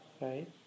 Right